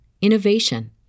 innovation